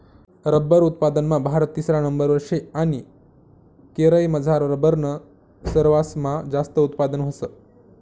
rubber उत्पादनमा भारत तिसरा नंबरवर शे आणि केरयमझार रबरनं सरवासमा जास्त उत्पादन व्हस